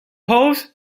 house